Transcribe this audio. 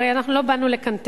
הרי אנחנו לא באנו לקנטר,